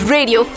Radio